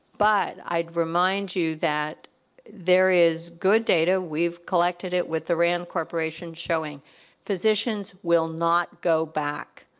but i'd remind you that there is good data we've collected it with the rand corporation showing physicians will not go back,